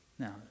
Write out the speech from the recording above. Now